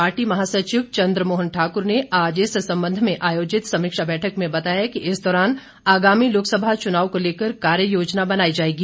party महासचिव चंद्र मोहन ठाक्र ने आज इस संबंध में आयोजित समीक्षा बैठक में बताया कि इस दौरान आगामी लोकसभा चुनाव को लेकर कार्य योजना बनाई जाएगी